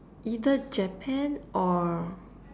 either Japan or